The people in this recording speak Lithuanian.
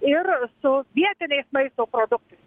ir su vietiniais maisto produktais